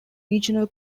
regional